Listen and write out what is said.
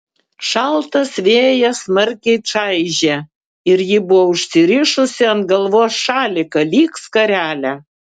šaltas vėjas smarkiai čaižė ir ji buvo užsirišusi ant galvos šaliką lyg skarelę